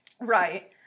Right